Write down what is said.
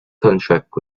contract